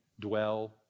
dwell